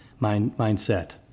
mindset